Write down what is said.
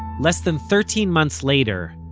less than thirteen months later,